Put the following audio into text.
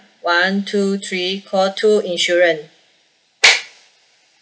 one two three call two insurance